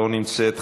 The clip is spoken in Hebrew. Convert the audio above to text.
לא נמצאת,